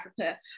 Africa